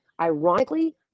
Ironically